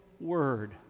word